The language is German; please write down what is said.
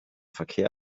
verkehr